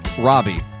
Robbie